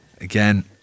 Again